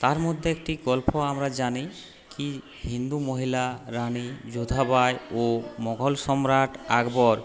তার মধ্যে একটি গল্প আমরা জানি কী হিন্দু মহিলা রানি যোধা বাই ও মুঘল সম্রাট আকবর